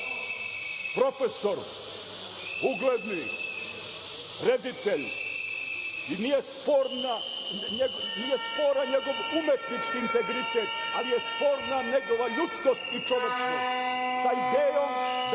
profesor ugledni, reditelj i nije sporan njegov umetnički integritet, ali je sporna njegova ljudskost i čovečnost, sa idejom da